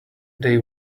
they